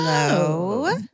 Hello